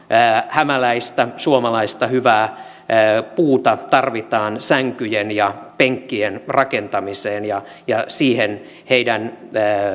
hämäläistä suomalaista hyvää puuta tarvitaan sänkyjen ja penkkien rakentamiseen siihen heidän